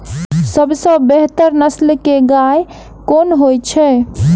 सबसँ बेहतर नस्ल केँ गाय केँ होइ छै?